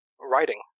writing